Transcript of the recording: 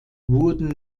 wurden